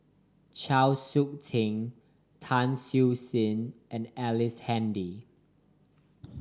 Chau Sik Ting Tan Siew Sin and Ellice Handy